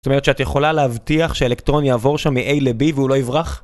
זאת אומרת שאת יכולה להבטיח שאלקטרון יעבור שם מ-A ל-B והוא לא יברח?